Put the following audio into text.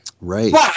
Right